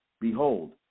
Behold